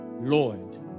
Lord